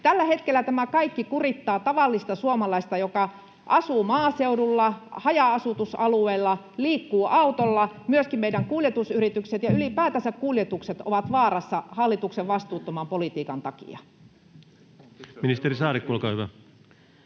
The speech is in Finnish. Tällä hetkellä tämä kaikki kurittaa tavallista suomalaista, joka asuu maaseudulla, haja-asutusalueella, ja liikkuu autolla. Myöskin meidän kuljetusyritykset ja ylipäätänsä kuljetukset ovat vaarassa hallituksen vastuuttoman politiikan takia. Ministeri Saarikko, olkaa hyvä.